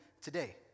today